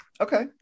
okay